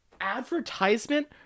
advertisement